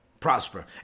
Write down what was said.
prosper